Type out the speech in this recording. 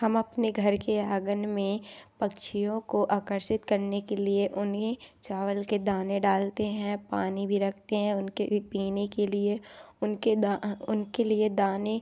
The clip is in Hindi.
हम अपने घर के आंगन में पक्षियों को आकर्षित करने के लिए उन्हें चावल के दाने डालते हैं पानी भी रखते हैं उनके पीने के लिए उनके उनके लिए दाने